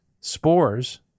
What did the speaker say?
spores